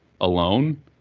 alone